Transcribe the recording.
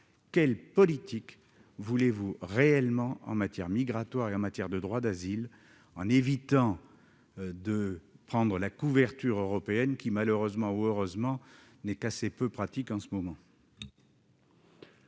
quelle politique vous voulez réellement en matière migratoire et en matière de droit d'asile, sans vous cacher sous la couverture européenne, qui, malheureusement ou heureusement, est assez peu efficace en ce moment ?